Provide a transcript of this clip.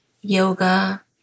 yoga